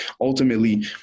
ultimately